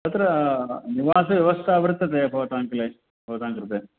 तत्र निवासव्यवस्था वर्तते भवतां कृते भवतां कृते